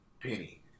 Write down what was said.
penny